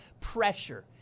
pressure